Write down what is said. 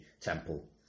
temple